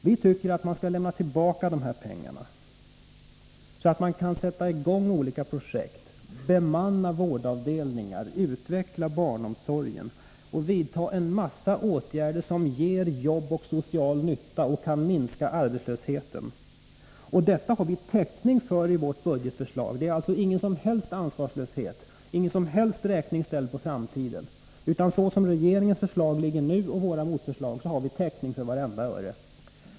Vi tycker att man skall lämna tillbaka de här pengarna, så att kommuner och landsting kan sätta i gång olika projekt, bemanna vårdavdelningar, utveckla barnomsorgen och vidta andra åtgärder som ger jobb och social nytta och minskar arbetslösheten. Detta har vi täckning för i vårt budgetförslag. Häri ligger alltså ingen som helst ansvarslöshet, det innebär ingen räkning utställd på framtiden. Så som regeringens förslag och vårt motförslag nu ligger har vi täckning för vartenda öre.